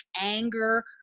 anger